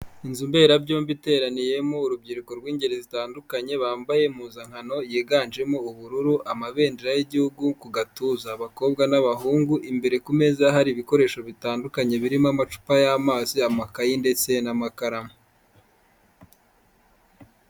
Inzu mberabyombi iteraniyemo urubyiruko rw'ingeri zitandukanye, bambaye impuzankano yiganjemo ubururu, amabendera y'igihugu ku gatuza, abakobwa n'abahungu, imbere ku meza hari ibikoresho bitandukanye birimo amacupa y'amazi, amakayi ndetse n'amakaramu.